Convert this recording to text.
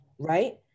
Right